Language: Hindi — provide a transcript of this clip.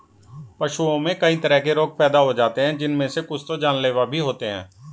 पशुओं में कई तरह के रोग पैदा हो जाते हैं जिनमे से कुछ तो जानलेवा भी होते हैं